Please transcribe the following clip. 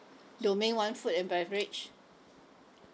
domain one food and beverage